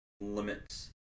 limits